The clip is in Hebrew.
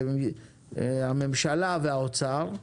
הממשלה והאוצר,